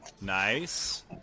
Nice